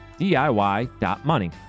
DIY.money